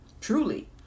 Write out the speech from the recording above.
truly